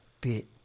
bit